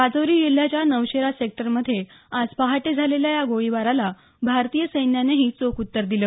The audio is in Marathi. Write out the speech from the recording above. राजौरी जिल्ह्याच्या नौशेरा सेक्टरमध्ये आज पहाटे झालेल्या या गोळीबाराला भारतीय सैन्यानंही चोख उत्तर दिलं